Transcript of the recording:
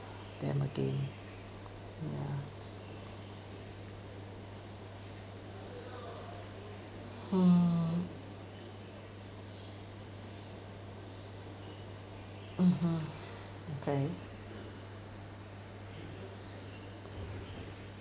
them again ya hmm (uh huh) okay